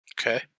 Okay